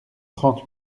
trente